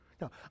No